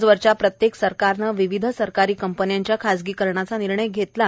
आजवरच्या प्रत्येक सरकारानं विविध सरकारी कंपन्यांच्या खासगीकरणाचा निर्णय घेतला आहे